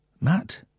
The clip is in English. Matt